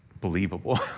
Believable